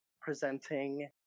Presenting